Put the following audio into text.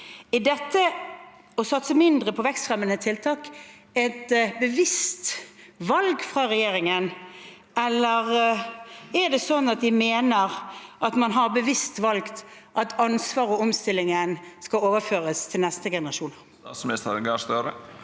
Er det å satse mindre på vekstfremmende tiltak et bevisst valg fra regjeringen? Er det sånn at de mener og bevisst har valgt at ansvar og omstilling skal overføres til neste generasjon?